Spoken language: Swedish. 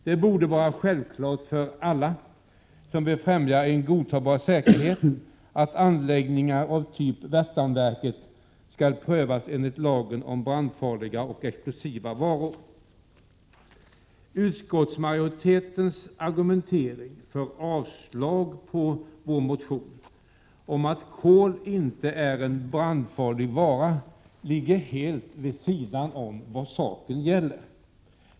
Det borde vara självklart för alla som vill främja en godtagbar säkerhet att anläggningar av typ Värtanverket prövas enligt lagen om brandfarliga och explosiva varor. Utskottsmajoritetens argumentering för avslag på vår motion och dess hänvisning till att kol inte är en brandfarlig vara ligger helt vid sidan av vad saken gäller.